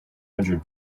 hundred